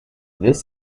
this